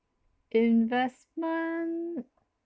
investment